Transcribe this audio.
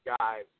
guys